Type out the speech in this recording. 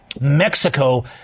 Mexico